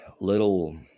little